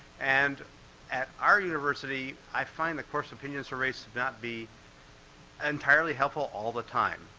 and at our university i find the course opinion surveys to not be entirely helpful all the time.